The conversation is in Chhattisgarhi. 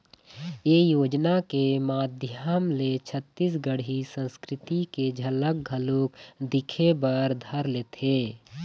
ए योजना के माधियम ले छत्तीसगढ़ी संस्कृति के झलक घलोक दिखे बर धर लेथे